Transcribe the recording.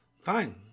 fine